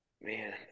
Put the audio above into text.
Man